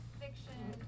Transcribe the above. fiction